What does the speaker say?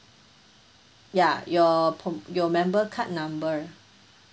ya your prom~ your member card number